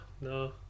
no